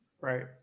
Right